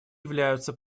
являются